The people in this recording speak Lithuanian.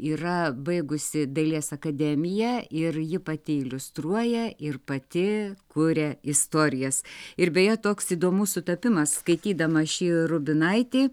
yra baigusi dailės akademiją ir ji pati iliustruoja ir pati kuria istorijas ir beje toks įdomus sutapimas skaitydama šį rubinaitį